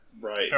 Right